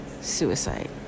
suicide